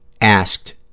asked